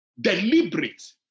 Deliberate